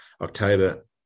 October